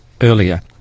earlier